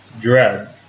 dread